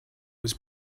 was